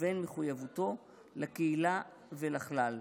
ובין מחויבותו לקהילה ולכלל".